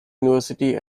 university